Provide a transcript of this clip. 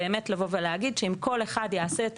באמת לבוא ולהגיד שאם כל אחד יעשה את